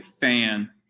fan